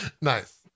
Nice